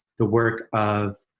the work of,